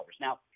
Now